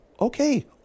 okay